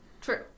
true